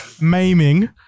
maiming